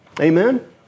Amen